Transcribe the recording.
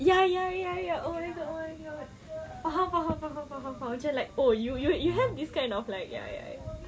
ya ya ya ya oh my god oh my god faham faham faham faham macam like oh you you have this kind of like ya ya ya